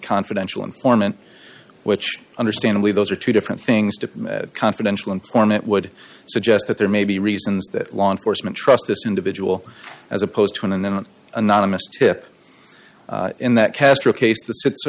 confidential informant which understandably those are two different things to confidential informant would suggest that there may be reasons that law enforcement trust this individual as opposed to an and then anonymous tip in that castro case the